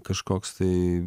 kažkoks tai